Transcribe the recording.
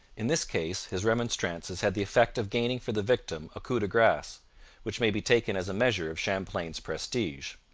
in this case his remonstrances had the effect of gaining for the victim a coup de grace which may be taken as a measure of champlain's prestige.